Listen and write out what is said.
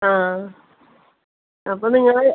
ആ അപ്പോൾ നിങ്ങൾ